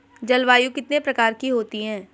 जलवायु कितने प्रकार की होती हैं?